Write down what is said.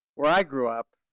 where i grew up,